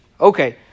Okay